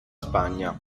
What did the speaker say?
spagna